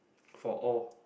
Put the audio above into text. for all